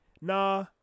nah